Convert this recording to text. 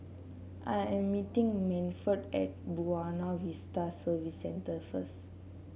I am meeting Manford at Buona Vista Service Centre first